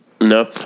no